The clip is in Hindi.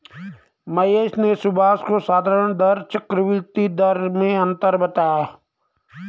महेश ने सुभाष को साधारण दर चक्रवर्ती दर में अंतर बताएं